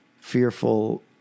fearful